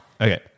Okay